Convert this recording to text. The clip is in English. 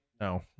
No